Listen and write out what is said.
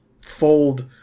fold